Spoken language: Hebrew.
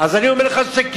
אז אני אומר לך שכן.